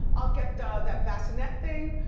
i'll get that bassinet thing.